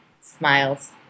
smiles